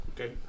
Okay